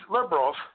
liberals